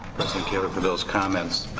kaler for those comments.